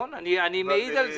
נכון, אני מעיד על זה.